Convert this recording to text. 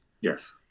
Yes